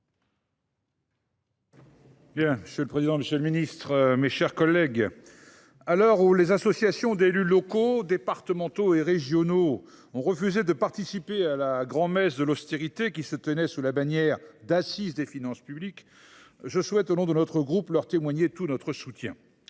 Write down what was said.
Bocquet. Monsieur le président, monsieur le ministre, mes chers collègues, à l’heure où les associations d’élus locaux, départementaux et régionaux ont refusé de participer à la grand messe de l’austérité présentée sous le nom d’Assises des finances publiques, je souhaite, au nom du groupe CRCE, leur témoigner tout notre soutien